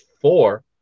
four